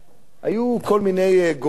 היו כל מיני גורמים,